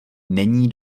není